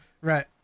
right